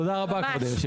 תודה רבה כבוד יושב הראש.